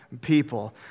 people